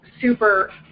super